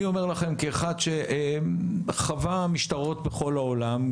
כאחד שחווה משטרות בכל העולם,